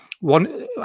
One